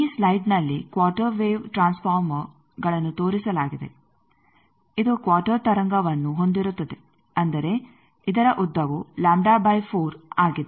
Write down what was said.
ಈ ಸ್ಲೈಡ್ನಲ್ಲಿ quarter wave ಟ್ರಾನ್ಸ್ ಫಾರ್ಮರ್ಗಳನ್ನು ತೋರಿಸಲಾಗಿದೆ ಇದು ಕ್ವಾರ್ಟರ್ ತರಂಗವನ್ನು ಹೊಂದಿರುತ್ತದೆ ಅಂದರೆ ಇದರ ಉದ್ದವು ಆಗಿದೆ